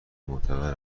معتبر